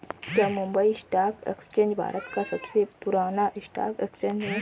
क्या Mumbai stock exchange Bharat का सबसे पुराना स्टॉक एक्सचेंज है?